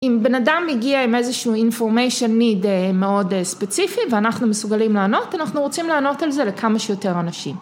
אם בנאדם מגיע עם איזשהו information need מאוד ספציפי ואנחנו מסוגלים לענות אנחנו רוצים לענות על זה לכמה שיותר אנשים.